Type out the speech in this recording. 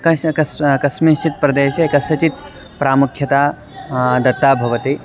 कस्य कस्य कस्मिश्चित् प्रदेशे कस्यचित् प्रामुख्यता दत्ता भवति